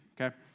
okay